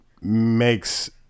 makes